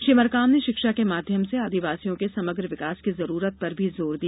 श्री मरकाम ने शिक्षा के माध्यम से आदिवासियों के समग्र विकास की जरूरत पर भी जोर दिया